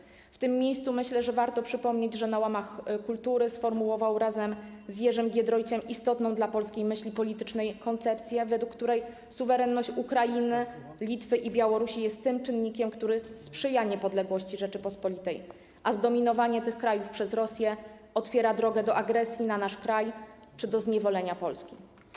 Myślę, że warto w tym miejscu przypomnieć, że na łamach ˝Kultury˝ sformułował on razem z Jerzym Giedroyciem istotną dla polskiej myśli politycznej koncepcję, według której suwerenność Ukrainy, Litwy i Białorusi jest tym czynnikiem, który sprzyja niepodległości Rzeczypospolitej, a zdominowanie tych krajów przez Rosję otwiera drogę do agresji na nasz kraj czy do zniewolenia Polski.